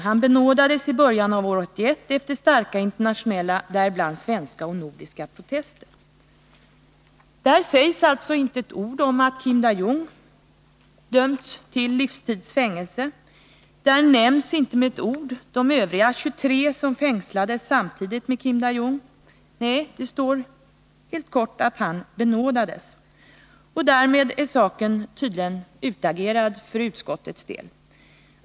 Han benådades i början av år 1981 efter starka internationella, däribland svenska och nordiska, protester.” Där sägs alltså inte ett ord om att Kim Dae Jung dömts till livstids fängelse, där nämns inte med ett ord de övriga 23 som fängslades samtidigt med Kim Dae Jung; nej, det står bara helt kort att han benådades. Därmed är saken tydligen utagerad för utskottets del.